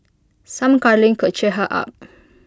some cuddling could cheer her up